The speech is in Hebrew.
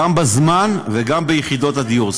גם בזמן וגם ביחידות הדיור.